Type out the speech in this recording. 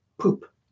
poop